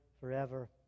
forever